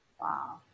Wow